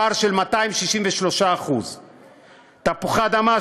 פער של 263%; תפוחי אדמה,